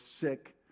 sick